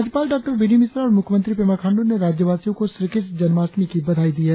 राज्यपाल डॉ B D Mishra और मुख्यमंत्री पेमा खांडू ने राज्यवासियों को श्रीकृष्ण जन्माष्टमी की बधाई दी है